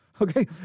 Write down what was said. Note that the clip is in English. Okay